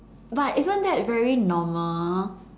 but isn't that very normal